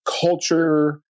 Culture